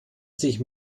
sich